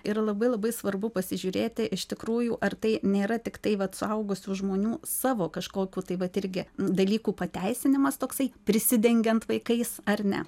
ir labai labai svarbu pasižiūrėti iš tikrųjų ar tai nėra tiktai vat suaugusių žmonių savo kažkokių tai vat irgi dalykų pateisinimas toksai prisidengiant vaikais ar ne